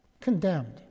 condemned